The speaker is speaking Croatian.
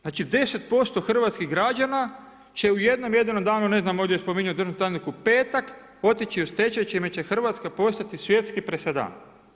Znači 10% hrvatskih građana će u jednom jedinom danu, ne znam ovdje je spominjao državni tajnik u petak, otići u stečaj čime će Hrvatska postati svjetski presedan.